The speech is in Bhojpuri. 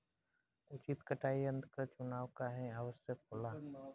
उचित कटाई यंत्र क चुनाव काहें आवश्यक होला?